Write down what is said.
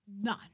none